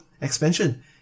expansion